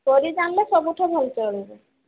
କରି ଜାଣିଲେ ସବୁଠୁ ଭଲ ଚାଉମିନ୍